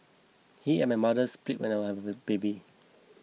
he and my mother split when I was a baby